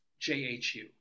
JHU